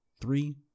Three